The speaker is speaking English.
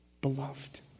beloved